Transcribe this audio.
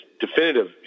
definitive